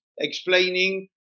explaining